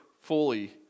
fully